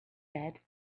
said